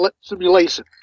simulation